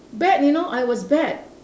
bad you know I was bad